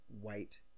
white